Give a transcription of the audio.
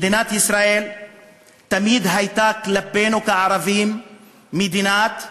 מדינת ישראל תמיד הייתה כלפינו כערבים מדינת היהודים.